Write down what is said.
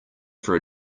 for